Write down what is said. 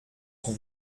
son